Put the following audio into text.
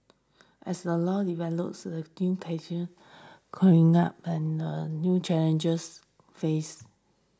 as the law develops a new and new challenges face